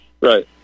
Right